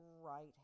Right